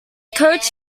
coach